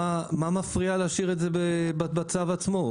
מה מפריע להשאיר את זה בצו עצמו?